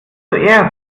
zuerst